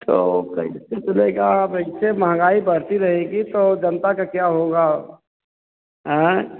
तो कैसे चलेगा अब ऐसे महंगाई बढ़ती रहेगी तो जनता का क्या होगा अएं